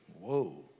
whoa